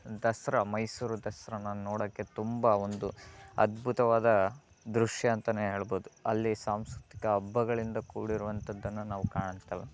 ದಸರ ಮೈಸೂರು ದಸರನ ನೋಡೋಕೆ ತುಂಬ ಒಂದು ಅದ್ಭುತವಾದ ದೃಶ್ಯ ಅಂತಾನೆ ಹೇಳ್ಬೋದು ಅಲ್ಲಿ ಸಾಂಸ್ಕೃತಿಕ ಹಬ್ಬಗಳಿಂದ ಕೂಡಿರುವಂತದ್ದನ್ನು ನಾವು ಕಾಣ್ತೇವೆ